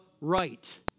right